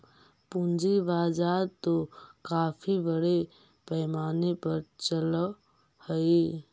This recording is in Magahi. पूंजी बाजार तो काफी बड़े पैमाने पर चलअ हई